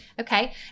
Okay